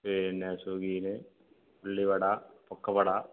പിന്നെ സുഖിയന് ഉള്ളിവട പക്കവട